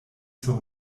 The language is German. zur